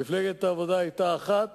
מפלגת העבודה היתה האחת